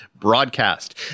broadcast